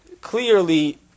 clearly